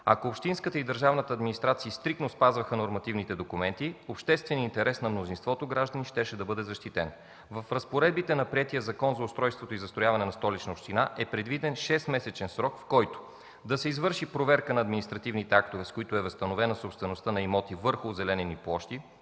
на общинската и на държавната администрация. Ако те стриктно спазваха нормативните документи, общественият интерес на мнозинството граждани щеше да бъде защитен. В разпоредбите на приетия Закон за устройството и застрояването на Столична община е предвиден шестмесечен срок, в който да се извърши проверка на административните актове, с които е възстановена собствеността на имоти върху озеленени площи